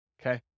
Okay